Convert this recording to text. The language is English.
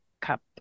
cup